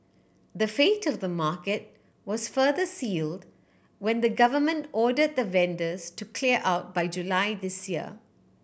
the fate of the market was further sealed when the government order the vendors to clear out by July this year